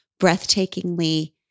breathtakingly